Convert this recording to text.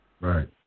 right